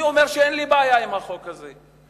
אני אומר שאין לי בעיה עם החוק הזה,